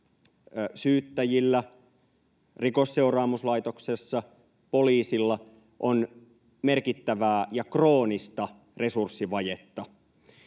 syyttäjillä, Rikosseuraamuslaitoksessa kuin poliisilla, on merkittävää ja kroonista resurssivajetta.